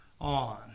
on